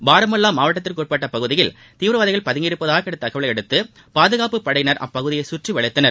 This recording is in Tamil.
பாரமுல்லா மாவட்டத்திற்குட்பட்ட பகுதியில் தீவிரவாதிகள் பதுங்கியிருப்பதாக கிடைத்த தகவலையடுத்து பாதுகாப்புப்படையினர் அப்பகுதியை சுற்றி வளைத்தனர்